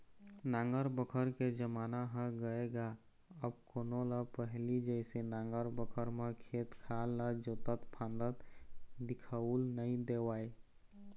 नांगर बखर के जमाना ह गय गा अब कोनो ल पहिली जइसे नांगर बखर म खेत खार ल जोतत फांदत दिखउल नइ देवय